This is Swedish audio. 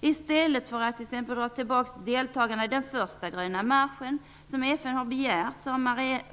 I stället för att t.ex. dra tillbaks deltagarna i den första ''Gröna marschen'', som FN begärt, har